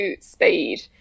speed